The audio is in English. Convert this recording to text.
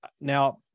Now